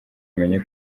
umenye